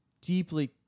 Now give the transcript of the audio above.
deeply